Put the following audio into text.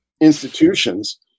institutions